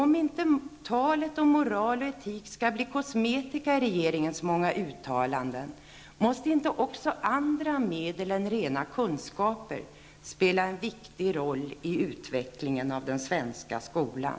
Om inte talet om moral och etik skall bli kosmetika i regeringens många uttalanden, måste inte också andra medel än rena kunskaper spela en viktig roll i utvecklingen av den svenska skolan?